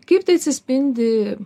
kaip tai atsispindi